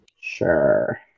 Sure